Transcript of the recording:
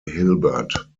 hilbert